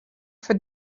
for